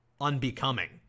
unbecoming